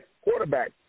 Quarterback